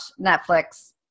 Netflix